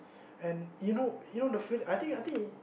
and you know you know the feel I think I think